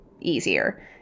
easier